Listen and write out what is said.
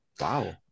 Wow